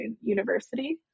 University